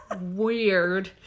weird